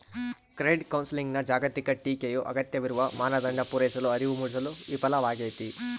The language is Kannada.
ಕ್ರೆಡಿಟ್ ಕೌನ್ಸೆಲಿಂಗ್ನ ಜಾಗತಿಕ ಟೀಕೆಯು ಅಗತ್ಯವಿರುವ ಮಾನದಂಡ ಪೂರೈಸಲು ಅರಿವು ಮೂಡಿಸಲು ವಿಫಲವಾಗೈತಿ